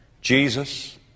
Jesus